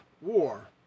war